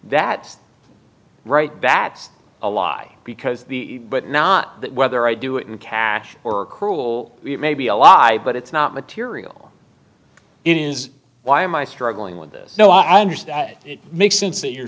that's right that's a lie because the but not that whether i do it in cash or cruel it may be a lie but it's not material it is why am i struggling with this no i understand it makes sense that you're